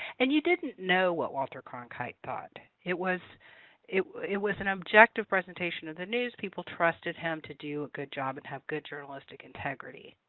and you didn't know what walter cronkite thought. it was it it was an objective presentation of the news. people trusted him to do a good job and have good journalistic integrity.